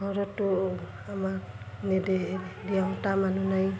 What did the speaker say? ঘৰতো আমাক নিদিয়ে দিওঁতা মানুহ নাই